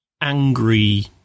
angry